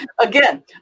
Again